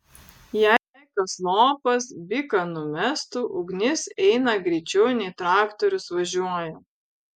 jei kas lopas biką numestų ugnis eina greičiau nei traktorius važiuoja